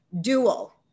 dual